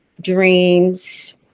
dreams